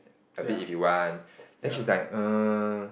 a bit if you want then she's like err